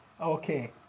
Okay